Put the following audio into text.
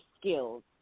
skills